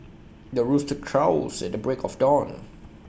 the rooster crows at the break of dawn